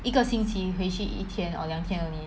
一个星期回去一天 or 两天 only